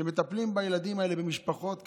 שמטפלת בילדים האלה ובמשפחות כאלה.